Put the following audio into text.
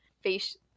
face